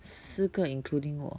四个 including 我